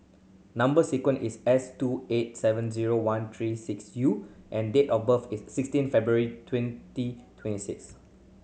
number sequence is S two eight seven zero one three six U and date of birth is sixteen February twenty twenty six